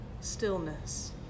stillness